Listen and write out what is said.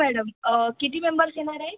हो मॅडम किती मेंबर्स येणार आहात